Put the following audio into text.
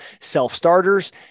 self-starters